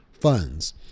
funds